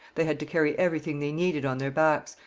they had to carry everything they needed on their backs,